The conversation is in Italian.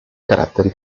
caratteri